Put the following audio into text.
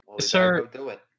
Sir